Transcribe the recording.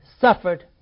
suffered